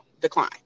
Decline